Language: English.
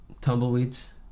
tumbleweeds